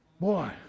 Boy